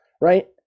right